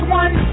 one